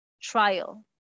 trial